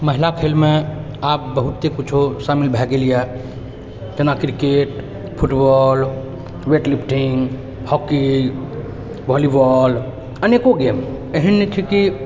महिला खेलमे आब बहुते कुछौ शामिल भए गेलै यऽ जेना cricket football weightlifting hockey volleyball अनेको गेम एहन नहि छै कि